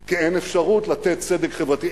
כי אין אפשרות לתת צדק חברתי,